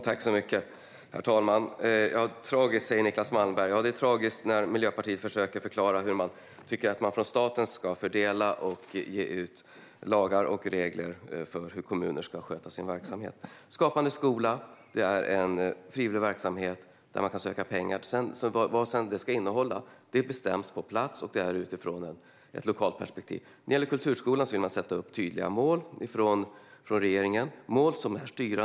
Herr talman! Tragiskt, säger Niclas Malmberg. Ja, det är tragiskt när Miljöpartiet försöker förklara hur man tycker att man från staten ska besluta om fördelning och om lagar och regler för hur kommuner ska sköta sin verksamhet. Skapande skola är en frivillig verksamhet som man kan söka pengar till. Vad verksamheten sedan ska innehålla bestäms på plats utifrån ett lokalt perspektiv. När det gäller kulturskolan vill man sätta upp tydliga styrande mål från regeringen.